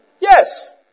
Yes